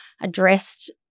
addressed